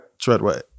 Treadway